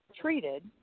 treated